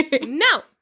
No